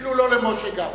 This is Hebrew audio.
אפילו לא למשה גפני.